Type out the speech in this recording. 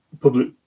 public